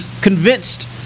convinced